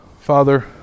Father